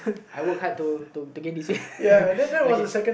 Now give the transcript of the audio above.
I work hard to to get this weight okay